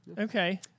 Okay